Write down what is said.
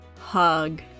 hug